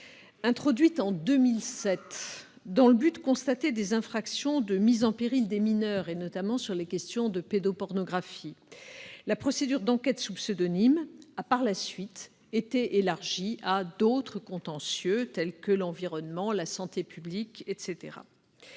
Introduite en 2007 dans le but de constater des infractions de mise en péril des mineurs, notamment en lien avec la pédopornographie, la procédure d'enquête sous pseudonyme a, par la suite, été élargie à d'autres contentieux tels que ceux qui sont liés à l'environnement, à la santé publique, etc.